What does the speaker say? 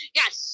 yes